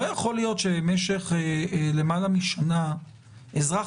לא יכול להיות שבמשך למעלה משנה אזרח